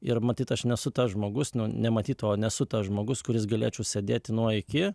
ir matyt aš nesu tas žmogus nu nematyt to nesu tas žmogus kuris galėčiau sėdėti nuo iki